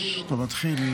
בבקשה.